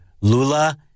Lula